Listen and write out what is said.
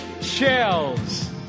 shells